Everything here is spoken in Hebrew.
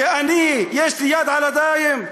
שאני, יש לי דם על הידיים,